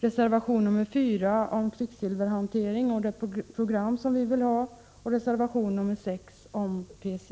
reservation 4 om kvicksilverhantering och det program vi vill ha och reservation 6 om PCB.